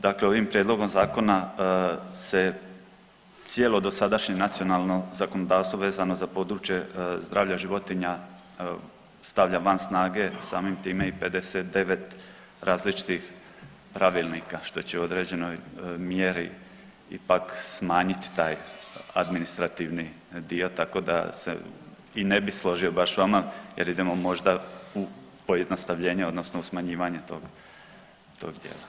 Dakle, ovim prijedlogom zakona se cijelo dosadašnje nacionalno zakonodavstvo vezano za područje zdravlja životinja stavlja van snage samim time i 59 različitih pravilnika što će u određenoj mjeri ipak smanjiti taj administrativni dio tako da se i ne bi složio baš s vama jer idemo možda u pojednostavljenje odnosno u smanjivanje toga, tog dijela.